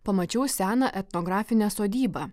pamačiau seną etnografinę sodybą